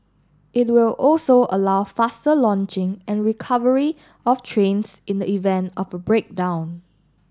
it will also allow faster launching and recovery of trains in the event of a breakdown